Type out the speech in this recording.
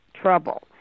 trouble